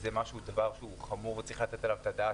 זה משהו שהוא חמור וצריך לתת עליו את הדעת,